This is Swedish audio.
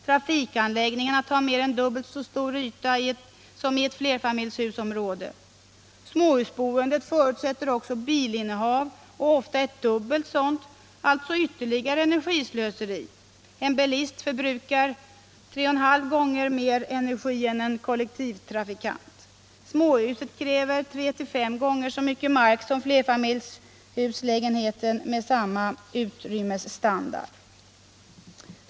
Trafikanläggningarna tar mer än dubbelt så stor yta som i ett flerfamiljshusområde. Småhusboendet förutsätter bilinnehav, och ofta ett dubbelt bilinnehav, alltså ytterligare energislöseri. En bilist förbrukar 3,5 gånger mer energi än en kollektivtrafikant. Småhuset kräver 3-5 gånger så mycket mark som flerfamiljshuslägenheten med samma utrymmesstandard.